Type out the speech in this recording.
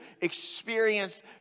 experience